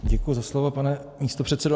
Děkuji za slovo, pane místopředsedo.